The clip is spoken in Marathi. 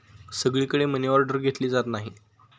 सगळीकडे मनीऑर्डर घेतली जात नाही